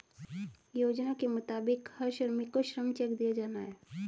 योजना के मुताबिक हर श्रमिक को श्रम चेक दिया जाना हैं